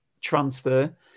transfer